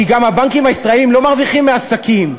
כי גם הבנקים הישראליים לא מרוויחים מעסקים,